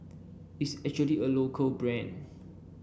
it's actually a local brand